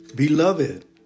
Beloved